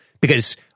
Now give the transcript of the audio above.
because-